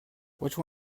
which